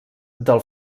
del